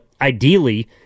ideally